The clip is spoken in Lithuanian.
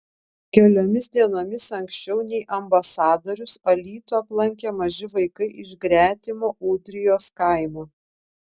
keliomis dienomis anksčiau nei ambasadorius alytų aplankė maži vaikai iš gretimo ūdrijos kaimo